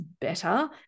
better